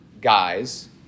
guys